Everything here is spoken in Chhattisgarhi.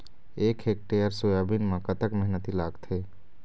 एक हेक्टेयर सोयाबीन म कतक मेहनती लागथे?